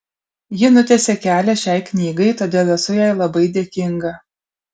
ji nutiesė kelią šiai knygai todėl esu jai labai dėkinga